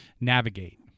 navigate